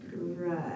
Right